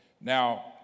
Now